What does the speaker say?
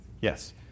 Yes